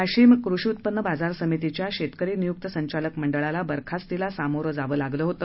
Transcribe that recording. वाशिम कृषी उत्पन्न बाजार समितीच्या शेतकरी नियुक्त संचालक मंडळाला बरखास्तीला सामोरे जावे लागले होते